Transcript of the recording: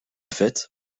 fait